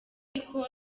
ariko